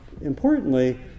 importantly